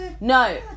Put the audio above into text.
No